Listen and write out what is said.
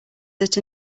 that